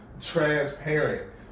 transparent